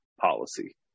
policy